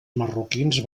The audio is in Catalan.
marroquins